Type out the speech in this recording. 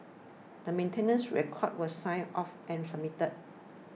the maintenance records were signed off and submitted